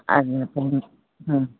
ꯑꯗꯨꯅ ꯄꯨꯡ ꯎꯝ